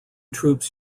troops